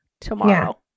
tomorrow